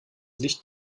licht